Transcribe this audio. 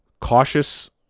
cautious